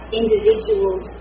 individuals